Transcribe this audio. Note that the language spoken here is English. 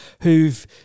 who've